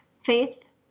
faith